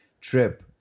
trip